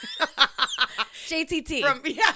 JTT